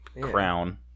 crown